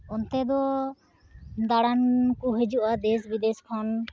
ᱚᱱᱛᱮ ᱫᱚ ᱫᱟᱬᱟᱱ ᱠᱚ ᱦᱤᱡᱩᱜᱼᱟ ᱫᱮᱹᱥᱼᱵᱤᱫᱮᱹᱥ ᱠᱷᱚᱱ